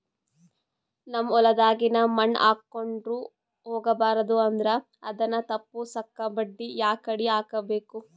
ನಮ್ ಹೊಲದಾಗಿನ ಮಣ್ ಹಾರ್ಕೊಂಡು ಹೋಗಬಾರದು ಅಂದ್ರ ಅದನ್ನ ತಪ್ಪುಸಕ್ಕ ಬಂಡಿ ಯಾಕಡಿ ಹಾಕಬೇಕು?